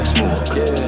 Smoke